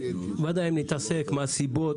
--- אם נתעסק מה הסיבות,